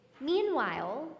meanwhile